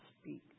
speak